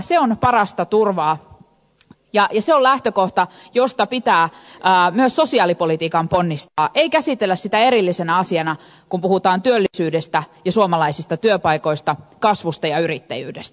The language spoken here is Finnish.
se on parasta turvaa ja se on lähtökohta josta pitää myös sosiaalipolitiikan ponnistaa ei käsitellä sitä erillisenä asiana kun puhutaan työllisyydestä ja suomalaisista työpaikoista kasvusta ja yrittäjyydestä